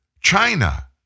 China